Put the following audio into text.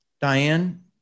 Diane